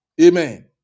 Amen